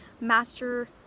Master